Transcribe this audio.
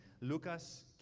Lucas